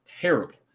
terrible